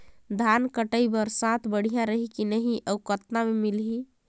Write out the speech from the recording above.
धान कटाई बर साथ बढ़िया रही की नहीं अउ कतना मे मिलही?